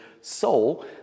soul